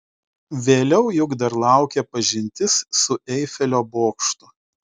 vėliau juk dar laukia pažintis su eifelio bokštu